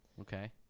Okay